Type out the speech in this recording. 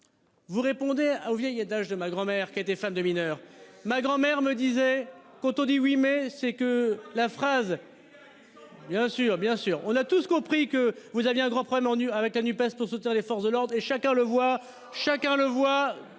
Vous répondez au vieil adage de ma grand-mère qui était femme de mineur ma grand-mère me disait quand on dit oui mais c'est que la phrase. Bien sûr, bien sûr, on a tous compris que vous aviez un grand problème ennuis avec la NUPES pour soutenir les forces de l'ordre et chacun le voit, chacun le voit